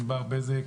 ענבר בזק,